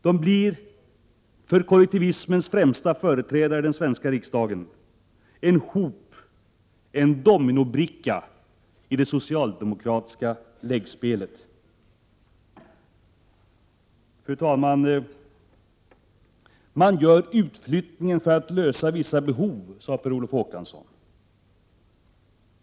De blir — för kollektivismens främsta företrädare i den svenska riksdagen — en hop, en dominobricka i det socialdemokratiska läggspelet. Herr talman! Man gör utflyttningen för att lösa vissa behov, sade Per Olof Håkansson.